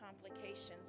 complications